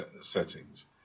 settings